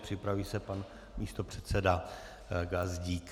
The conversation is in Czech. Připraví se pan místopředseda Gazdík.